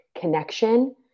connection